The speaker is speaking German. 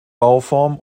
bauform